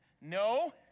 no